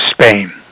Spain